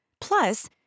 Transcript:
Plus